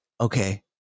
okay